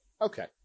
Okay